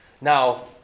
Now